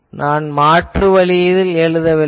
எனவேதான் நான் மாற்றுவழியில் எழுதவில்லை